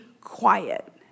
quiet